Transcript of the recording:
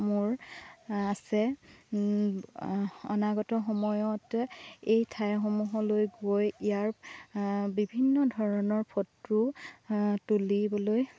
মোৰ আছে অনাগত সময়তে এই ঠাইসমূহলৈ গৈ ইয়াৰ বিভিন্ন ধৰণৰ ফটো তুলিবলৈ